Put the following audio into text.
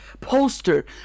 poster